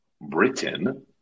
Britain